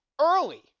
early